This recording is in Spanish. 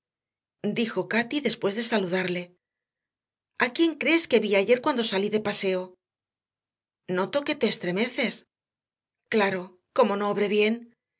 dijo cati después de saludarle a quién crees que vi ayer cuando salí de paseo noto que te estremeces claro como no obré bien